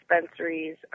dispensaries